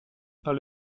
par